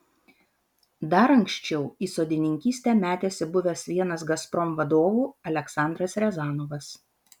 dar anksčiau į sodininkystę metėsi buvęs vienas gazprom vadovų aleksandras riazanovas